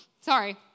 Sorry